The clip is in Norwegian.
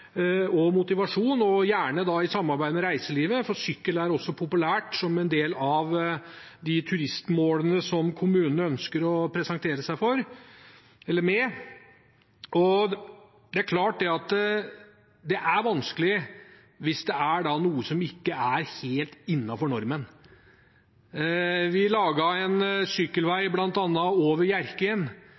motivasjon – gjerne i samarbeid med reiselivet, for sykkel er også populært som en del av de turistmålene som kommunene ønsker å presentere seg med. Det er klart det er vanskelig hvis det da er noe som ikke er helt innenfor normen. Vi laget en sykkelvei bl.a. over